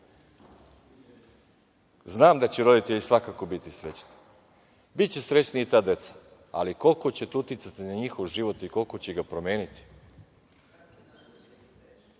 znam da će roditelji svakako biti srećni. Biće srećna i ta deca, ali koliko će to uticati na njihov život i koliko će ga promeniti…(Vjerica